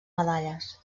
medalles